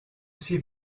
see